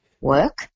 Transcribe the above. work